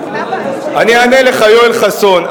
אני אענה לך, יואל חסון.